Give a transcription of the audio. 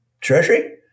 Treasury